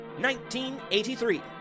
1983